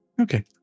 Okay